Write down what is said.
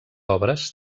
obres